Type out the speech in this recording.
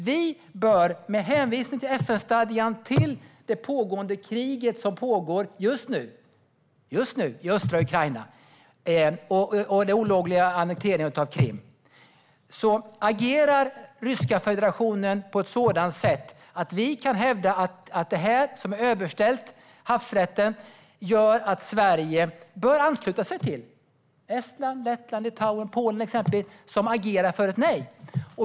Vi bör hänvisa till FN-stadgan, till det pågående kriget i östra Ukraina samt den olagliga annekteringen av Krim. Om Ryska federationen agerar på ett sådant sätt kan vi hävda att detta, som är överställt havsrätten, gör att Sverige bör ansluta sig till exempelvis Estland, Lettland, Litauen och Polen som agerar för ett nej.